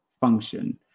function